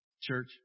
church